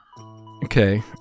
Okay